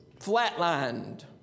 flatlined